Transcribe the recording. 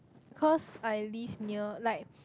cause I live near like